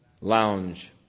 lounge